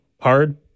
hard